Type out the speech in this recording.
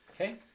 Okay